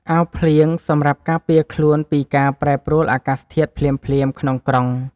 អាវភ្លៀង សម្រាប់ការពារខ្លួនពីការប្រែប្រួលអាកាសធាតុភ្លាមៗក្នុងក្រុង។